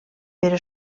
però